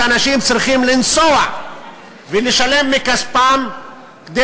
שאנשים צריכים לנסוע לערים ולשלם מכספם כדי